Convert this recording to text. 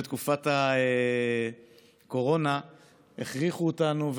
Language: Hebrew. בתקופת הקורונה הכריחו אותנו,